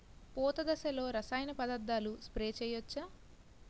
పూత దశలో రసాయన పదార్థాలు స్ప్రే చేయచ్చ?